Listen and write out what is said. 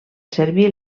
servir